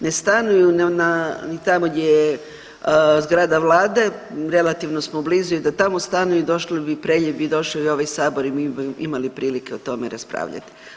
Ne stanuju ni tamo gdje je zgrada Vlade relativno smo blizu i da tamo stanuju došli bi, … [[Govornica se ne razumije.]] bi došao i u ovaj Sabor i mi bi imali prilike o tome raspravljati.